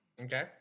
Okay